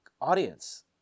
audience